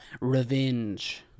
revenge